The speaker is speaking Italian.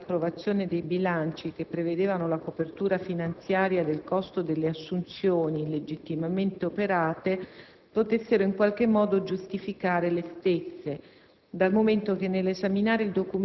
del resto può ritenersi che l'approvazione dei bilanci che prevedevano la copertura finanziaria del costo delle assunzioni legittimamente operate potessero in qualche modo giustificare le stesse